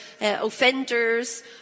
offenders